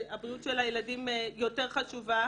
הבריאות של הילדים יותר חשובה.